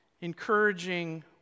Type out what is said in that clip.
Encouraging